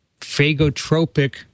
phagotropic